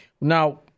Now